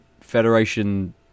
Federation